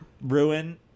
ruin